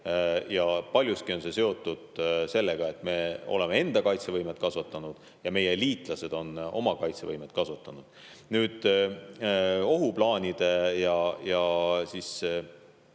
Paljuski on see seotud sellega, et me oleme enda kaitsevõimet kasvatanud ja meie liitlased on oma kaitsevõimet kasvatanud. Nüüd, ohuplaanide ja